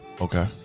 Okay